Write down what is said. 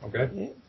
Okay